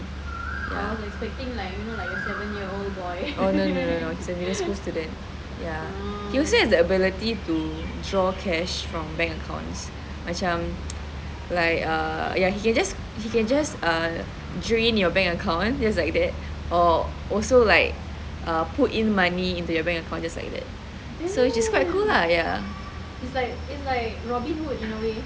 orh no no no no he's a middle school student ya he also has the ability to draw cash from bank accounts macam like err ya he can just drain your bank account just like that or also like err put in money into your bank account just like that so which is quite cool lah ya